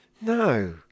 No